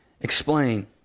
explain